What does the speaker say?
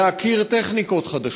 להכיר טכניקות חדשות.